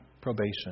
probation